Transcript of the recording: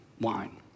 wine